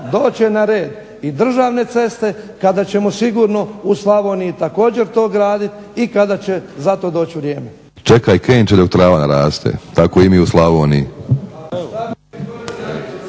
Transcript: će na red i državne ceste kada ćemo sigurno u Slavoniji također to graditi i kada će za to doći vrijeme. … /Upadica se ne razumije./… **Šeks, Vladimir